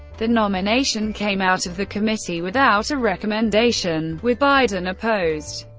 the nomination came out of the committee without a recommendation, with biden opposed.